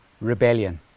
rebellion